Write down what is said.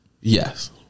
Yes